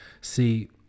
see